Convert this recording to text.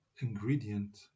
ingredient